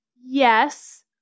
Yes